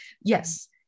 Yes